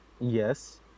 yes